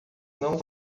não